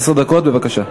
עשר דקות, בבקשה.